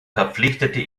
verpflichtete